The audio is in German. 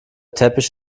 teppich